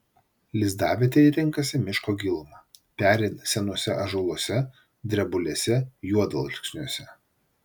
lizdavietei renkasi miško gilumą peri senuose ąžuoluose drebulėse juodalksniuose